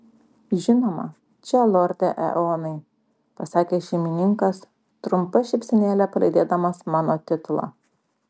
žinoma čia lorde eonai pasakė šeimininkas trumpa šypsenėle palydėdamas mano titulą